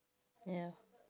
ya